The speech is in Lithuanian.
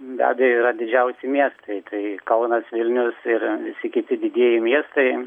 be abejo yra didžiausi miestai tai kaunas vilnius ir visi kiti didieji miestai